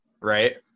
right